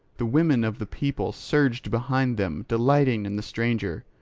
the women of the people surged behind them, delighting in the stranger,